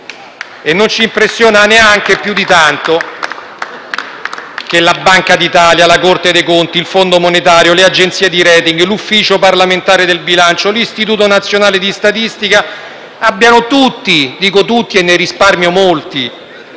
E non ci impressiona neanche più di tanto che la Banca d'Italia, la Corte dei conti, il Fondo monetario, le agenzie di *rating*, l'Ufficio parlamentare del bilancio, l'Istituto nazionale di statistica abbiano tutti (dico tutti, e ne risparmio molti)